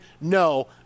no